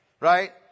right